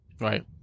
Right